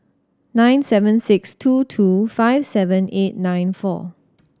nine seven six two two five seven eight nine four